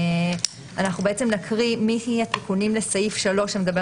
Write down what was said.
אנחנו בעצם נקריא מהתיקונים לסעיף 3 שמדבר